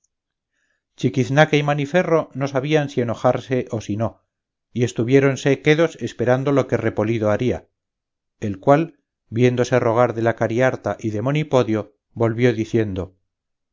detuvieron chiquiznaque y maniferro no sabían si enojarse o si no y estuviéronse quedos esperando lo que repolido haría el cual viéndose rogar de la cariharta y de monipodio volvió diciendo